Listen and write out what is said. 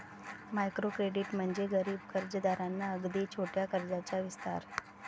micro credit म्हणजे गरीब कर्जदारांना अगदी छोट्या कर्जाचा विस्तार